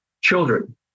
children